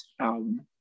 album